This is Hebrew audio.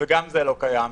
וגם זה לא קיים,